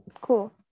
Cool